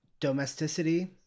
domesticity